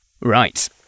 Right